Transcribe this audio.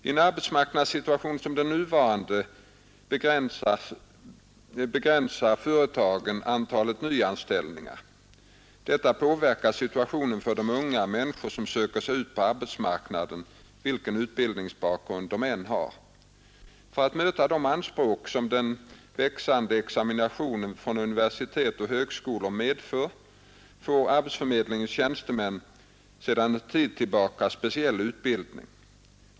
I en arbetsmarknadssituation som den nuvarande begränsar företagen antalet nyanställningar. Detta påverkar situationen för de unga människor som nu söker sig ut på arbetsmarknaden, vilken utbildningsbakgrund de än har. För att möta de anspråk som den växande examinationen från universitet och högskolor medför får arbetsförmedlingens tjänstemän sedan en tid tillbaka speciell utbildning.